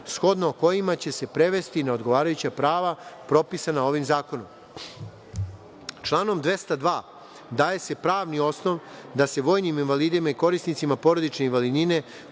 shodno kojima će se prevesti na odgovarajuća prava propisana ovim zakonom. Članom 202. daje se pravni osnov da se vojnim invalidima i korisnicima porodične invalidnine,